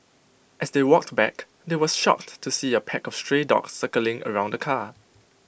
as they walked back they were shocked to see A pack of stray dogs circling around the car